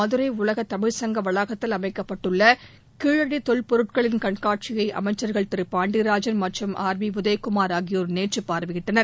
மதுரை உலக தமிழ் சங்க வளாகத்தில் அமைக்கப்பட்டுள்ள கீழடி தொல்பொருட்களின் கண்காட்சியை அமைச்சா்கள் திரு பாண்டியராஜன் மற்றும் திரு ஆர் பி உதயகுமா் ஆகியோா் நேற்று பார்வையிட்டனர்